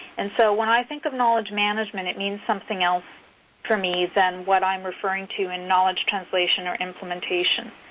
and so when i think of knowledge management, it means something else for me than what i'm referring to in knowledge translation or implementation.